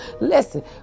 Listen